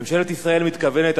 ממשלת ישראל מתכוונת,